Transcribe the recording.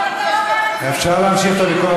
אני רוצה שתי מדינות דמוקרטיות.